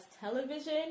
television